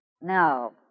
No